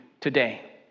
Today